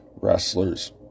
wrestlers